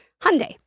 Hyundai